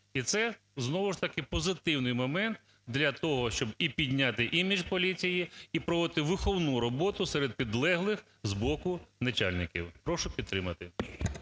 І це знову ж таки позитивний момент для того, щоб і підняти імідж поліції, і проводити виховну роботу серед підлеглих з боку начальників. Прошу підтримати.